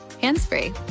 hands-free